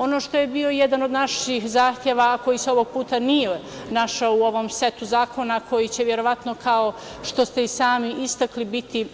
Ono što je bio jedan od naših zahteva, a koji se ovog puta nije našao u ovom setu zakona koji će verovatno kao i što ste i sami istakli biti